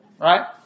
Right